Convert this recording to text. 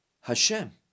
Hashem